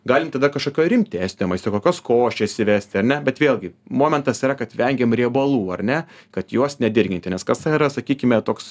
galim tada kažkokio rimtesnio maisto kokios košės įvesti ar ne bet vėlgi momentas yra kad vengiam riebalų ar ne kad juos nedirginti nes kasa yra sakykime toks